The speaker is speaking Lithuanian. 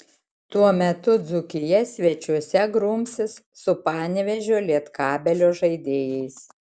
tuo metu dzūkija svečiuose grumsis su panevėžio lietkabelio žaidėjais